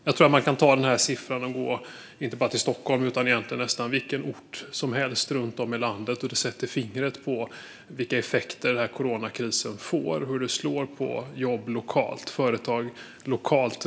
Jag tror att den siffran inte bara sätter fingret på de effekter coronakrisen får i Stockholm just nu utan på vilken ort som helst i landet och hur den slår mot jobb och företag lokalt.